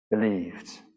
believed